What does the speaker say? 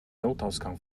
notausgang